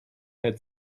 had